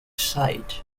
site